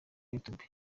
youtube